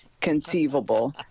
conceivable